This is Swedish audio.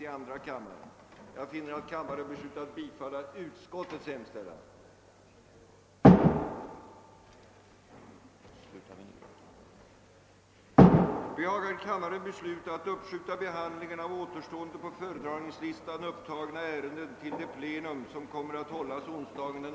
Det är mot denna bakgrund enligt min mening nödvändigt dels att förstärka den objektiva informationen om p-pillren, dels att bygga ut såväl kontrollen av de piller som förekommer i marknaden som den medicinska kontrollen av de kvinnor som använder sig av dessa piller. Under åberopande av det anförda hemställer jag om kammarens tillstånd att till statsrådet och chefen för socialdepartementet få ställa följande frågor: 2.